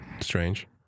strange